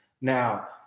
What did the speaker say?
Now